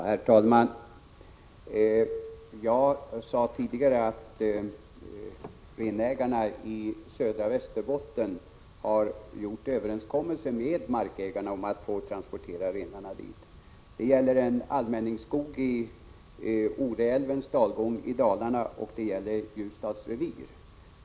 Herr talman! Jag sade tidigare att renägarna i södra Västerbotten har träffat överenskommelser med markägarna om att få transportera renarna till deras områden. Detta gäller beträffande en allmänningsskog i Oreälvens dalgång i Dalarna och Ljusdals revir.